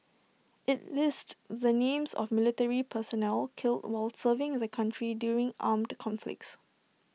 IT lists the names of military personnel killed while serving the country during armed conflicts